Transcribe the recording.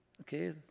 Okay